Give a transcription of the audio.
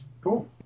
Cool